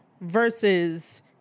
versus